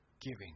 giving